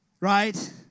Right